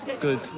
good